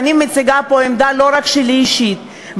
ואני מציגה פה עמדה לא רק אישית שלי,